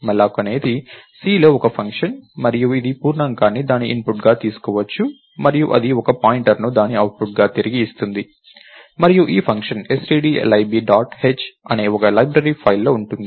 malloc అనేది Cలో ఒక ఫంక్షన్ మరియు ఇది పూర్ణాంకాన్ని దాని ఇన్పుట్గా తీసుకోవచ్చు మరియు అది ఒక పాయింటర్ను దాని అవుట్పుట్గా తిరిగి ఇస్తుంది మరియు ఈ ఫంక్షన్ stdlib డాట్ h అనే ఈ లైబ్రరీ ఫైల్లో ఉంది